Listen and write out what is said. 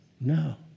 No